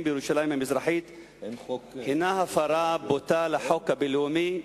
בירושלים המזרחית הוא הפרה בוטה של החוק הבין-לאומי?